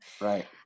Right